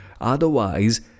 Otherwise